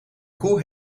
koe